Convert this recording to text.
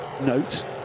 note